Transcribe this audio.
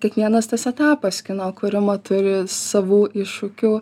kiekvienas tas etapas kino kūrimo turi savų iššūkių